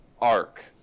Ark